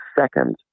second